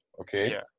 okay